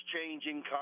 changing